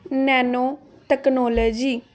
nano technology